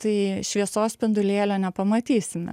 tai šviesos spindulėlio nepamatysime